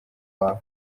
wawe